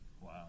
Wow